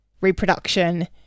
reproduction